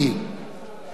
משפחתו